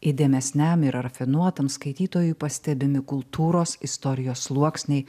įdėmesniam ir rafinuotam skaitytojui pastebimi kultūros istorijos sluoksniai